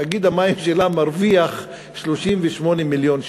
תאגיד המים שלה מרוויח 38 מיליון שקל,